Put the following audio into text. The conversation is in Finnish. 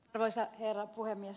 arvoisa herra puhemies